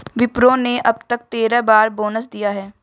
विप्रो ने अब तक तेरह बार बोनस दिया है